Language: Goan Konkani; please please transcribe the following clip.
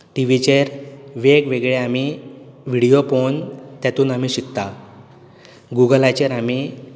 टिवीचेर वेग वेगळे आमी व्हिडियो पोवून तेतून आमी शिकतात गुगलाचेर आमी